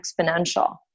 exponential